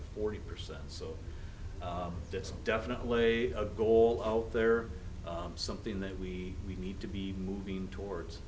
forty percent so that's definitely a goal out there something that we we need to be moving towards